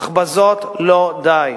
אך בזאת לא די.